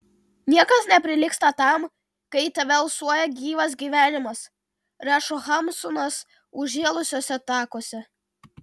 niekas neprilygsta tam kai į tave alsuoja gyvas gyvenimas rašo hamsunas užžėlusiuose takuose